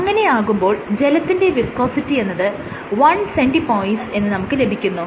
അങ്ങനെയാകുമ്പോൾ ജലത്തിന്റെ വിസ്കോസിറ്റി എന്നത് 1cP എന്ന് നമുക്ക് ലഭിക്കുന്നു